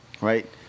Right